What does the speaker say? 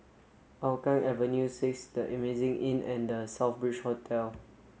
Hougang Avenue six The Amazing Inn and The Southbridge Hotel